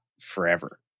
forever